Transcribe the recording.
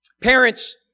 Parents